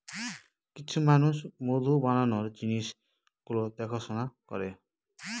কিছু মানুষ মধু বানানোর জিনিস গুলো দেখাশোনা করে